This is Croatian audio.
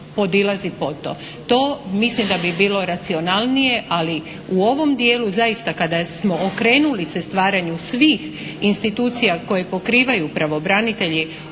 podilazi pod to. To mislim da bi bilo racionalnije ali u ovom dijelu zaista kada smo okrenuli se stvaranju svih institucija koje pokrivaju pravobranitelji